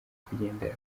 kugendera